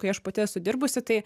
kai aš pati esu dirbusi tai